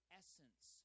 essence